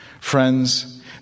Friends